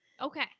okay